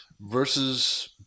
versus